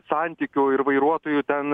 santykių ir vairuotojų ten